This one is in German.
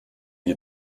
wir